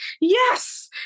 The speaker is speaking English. yes